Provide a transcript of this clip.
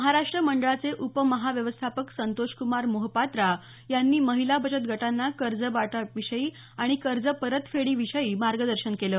महाराष्ट्र मंडळाचे उपमहाव्यवस्थापक संतोष कुमार मोहपात्रा यांनी महिला बचत गटांना कर्ज वाटपा विषयी आणि कर्ज परत फेडी विषयी मार्गदर्शन केलं